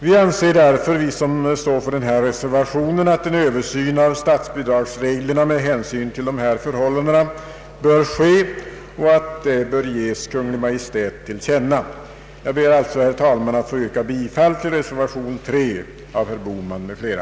Vi som står för denna reservation anser därför att en översyn av statsbidragsreglerna med hänsyn till dessa förhållanden bör ske och att detta bör ges Kungl. Maj:t till känna. Jag ber, herr talman, att få yrka bifall till reservationen av herr Bohman m.fl.